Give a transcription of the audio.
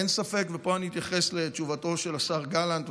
אין ספק, ופה אני אתייחס לתשובתו של השר גלנט.